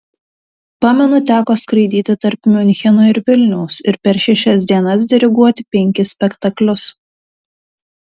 pamenu teko skraidyti tarp miuncheno ir vilniaus ir per šešias dienas diriguoti penkis spektaklius